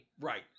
Right